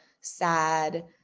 sad